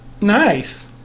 Nice